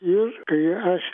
ir kai aš